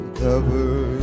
cover